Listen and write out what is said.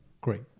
great